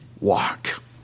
walk